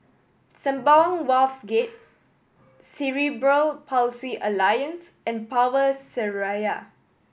Sembawang Wharves Gate Cerebral Palsy Alliance and Power Seraya